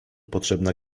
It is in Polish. potrzebna